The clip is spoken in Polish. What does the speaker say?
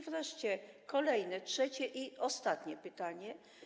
Wreszcie kolejne, trzecie i ostatnie pytanie.